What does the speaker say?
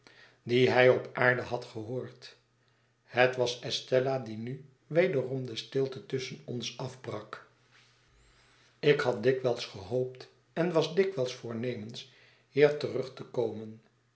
die hij op aarde had gehoord het was estella die nu wederom de stilte tusschenonsafbrak ik had dikwijls gehoopt en was dikwijls voornemens hier terug te komen